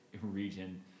region